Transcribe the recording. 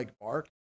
bark